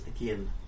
again